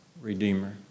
redeemer